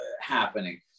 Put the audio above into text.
happening